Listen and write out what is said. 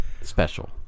special